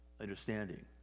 understanding